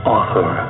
Author